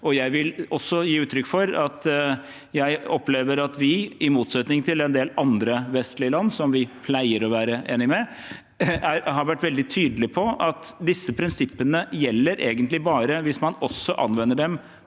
Jeg vil også gi uttrykk for at jeg opplever at vi, i motsetning til en del andre vestlige land som vi pleier å være enige med, har vært veldig tydelig på at disse prinsippene egentlig bare gjelder hvis man også anvender dem